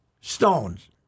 Stones